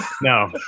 no